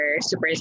super